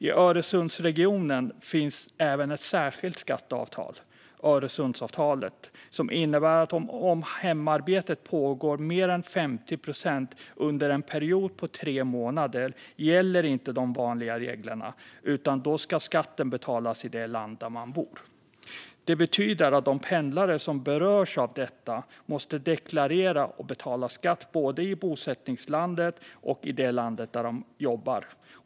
I Öresundsregionen finns även ett särskilt skatteavtal, Öresundsavtalet, som innebär att om hemarbetet pågår mer än 50 procent under en period på tre månader gäller inte de vanliga reglerna, utan då ska skatten betalas i det land där man bor. Det betyder att de pendlare som berörs av detta måste deklarera och betala skatt både i bosättningslandet och i det land där de jobbar.